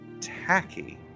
tacky